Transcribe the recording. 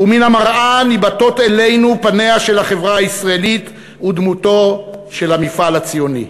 ומן המראה ניבטות אלינו פניה של החברה הישראלית ודמותו של המפעל הציוני.